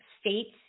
states